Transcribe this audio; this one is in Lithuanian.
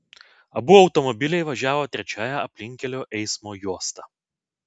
abu automobiliai važiavo trečiąja aplinkkelio eismo juosta